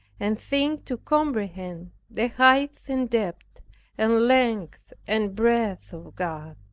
and think to comprehend the height and depth and length and breadth of god.